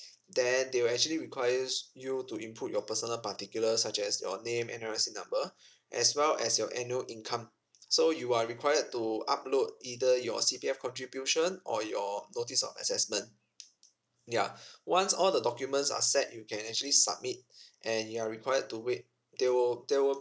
then they will actually requires you to input your personal particulars such as your name N_R_I_C number as well as your annual income so you are required to upload either your C_P_F contribution or your notice of assessment ya once all the documents are set you can actually submit and you are required to wait there will there will